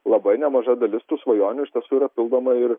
labai nemaža dalis tų svajonių iš tiesų yra pildoma ir